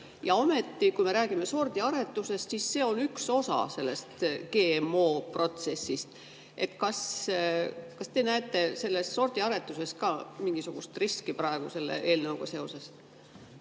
Ja ometi, kui me räägime sordiaretusest, siis see on üks osa sellest GMO-protsessist. Kas te näete selles sordiaretuses ka mingisugust riski selle eelnõuga seoses?